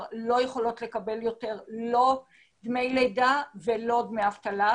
לא יכולות לקבל יותר לא דמי לידה ולא דמי אבטלה.